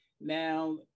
now